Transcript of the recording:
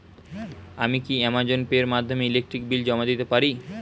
আমি কি Amazon pay এর মাধ্যমে ইলেকট্রিক বিল জমা দিতে পারি?